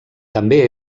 també